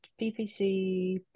PVC